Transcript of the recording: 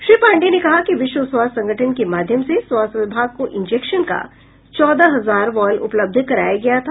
श्री पांडेय ने कहा कि विश्व स्वास्थ्य संगठन के माध्यम से स्वास्थ्य विभाग को इंजेक्शन का चौदह हजार वायल उपलब्ध कराया गया था